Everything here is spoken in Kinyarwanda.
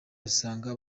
usanga